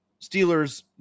Steelers